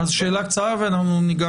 תוכל להרחיב